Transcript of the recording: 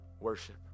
worship